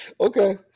Okay